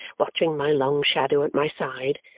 watching my long shadow at my side,